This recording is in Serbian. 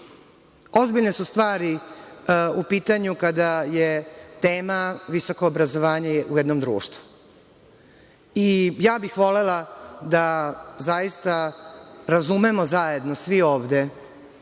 izmena. Ozbiljne su stvari u pitanju kada je tema visoko obrazovanje u jednom društvu. Volela bih da razumemo zajedno svi ovde